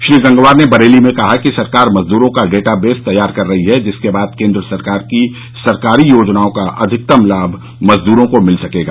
श्री गंगवार ने बरेली में कहा कि सरकार मजदूरों का डेटा तैयार कर रही है जिसके बाद केन्द्र सरकार की सरकारी योजनाओं का अधिकतम लाभ मजदूरों को मिल सकेगा